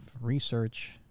research